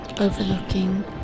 overlooking